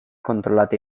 controllate